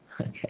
Okay